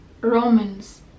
Romans